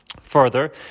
Further